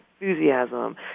enthusiasm